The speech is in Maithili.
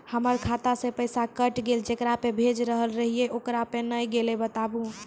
हमर खाता से पैसा कैट गेल जेकरा पे भेज रहल रहियै ओकरा पे नैय गेलै बताबू?